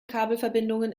kabelverbindungen